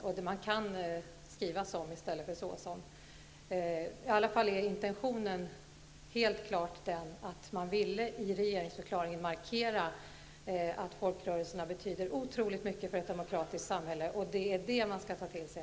'', och man kan skriva ''som'' i stället för ''såsom''. Intentionen är i alla fall helt klart den att man i regeringsförklaringen ville markera att folkrörelserna betyder otroligt mycket för ett demokratiskt samhälle. Det är vad man skall ta till sig.